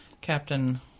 Captain